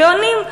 גאונים.